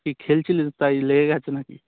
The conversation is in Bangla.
কি খেলছিলিস তাই লেগে গেছে না কি